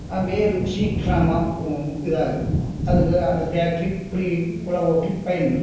வேர் சீக்கிரமாக இதாகும் அதுக்கு அந்த டேக்ட்ரி இப்படி உழவோட்டி பயன்படுது